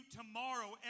tomorrow